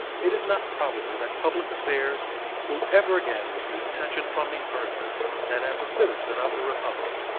it is not probable that public affairs will ever again receive attention from me further than as a citizen of the republic,